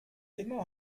immer